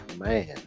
Man